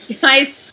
Guys